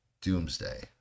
Doomsday